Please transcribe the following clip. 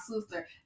sister